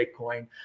Bitcoin